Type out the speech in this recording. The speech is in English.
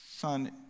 son